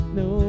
no